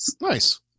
Nice